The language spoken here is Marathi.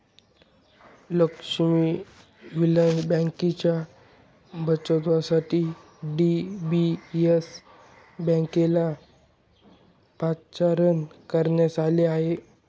लक्ष्मी विलास बँकेच्या बचावासाठी डी.बी.एस बँकेला पाचारण करण्यात आले आहे